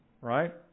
Right